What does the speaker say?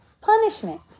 punishment